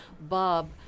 Bob